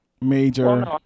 Major